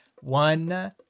one